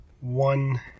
one